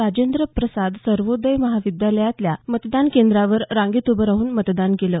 राजेंद्र प्रसाद सर्वोदय विद्यालयातल्या मतदान केंद्रावर रांगेत उभं राहून मतदान केलं